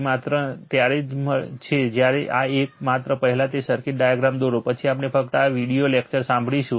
તે માત્ર ત્યારે જ છે જ્યારે આ એક માત્ર પહેલા તે સર્કિટ ડાયાગ્રામ દોરો પછી આપણે ફક્ત આ વિડિઓ લેકચર સાંભળીશું